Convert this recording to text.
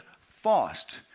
fast